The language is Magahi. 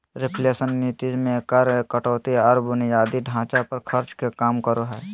रिफ्लेशन नीति मे कर कटौती आर बुनियादी ढांचा पर खर्च के काम करो हय